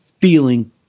feeling